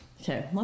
okay